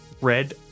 red